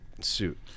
suit